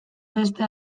beste